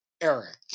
Eric